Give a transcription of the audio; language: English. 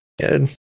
Good